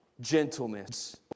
Gentleness